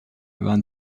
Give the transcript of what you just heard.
went